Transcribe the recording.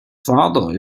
father